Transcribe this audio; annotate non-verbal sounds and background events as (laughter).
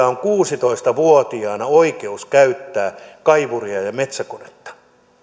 (unintelligible) on kuusitoista vuotiaana oikeus käyttää kaivuria ja ja metsäkonetta